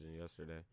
yesterday